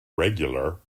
regular